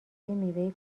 میوه